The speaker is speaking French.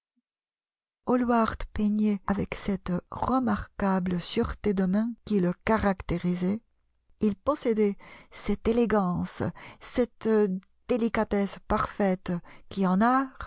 hallward peignait avec cette remarquable sûreté de main qui le caractérisait il possédait cette élégance cette délicatesse parfaite qui en art